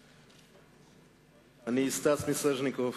אני, סטס מיסז'ניקוב,